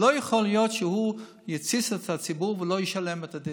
לא יכול להיות שהוא יתסיס את הציבור ולא ישלם על כך.